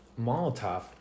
molotov